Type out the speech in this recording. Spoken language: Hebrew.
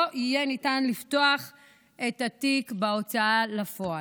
לא יהיה ניתן לפתוח את התיק בהוצאה לפועל.